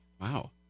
Wow